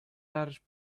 large